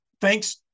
Thanks